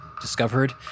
discovered